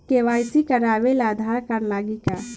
KYC करावे ला Aadhaar card लागी का?